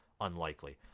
unlikely